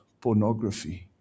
pornography